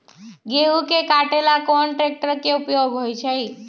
गेंहू के कटे ला कोंन ट्रेक्टर के उपयोग होइ छई?